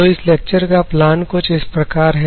तो इस लेक्चर का प्लान कुछ इस प्रकार है